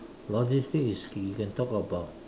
logistics is you can talk about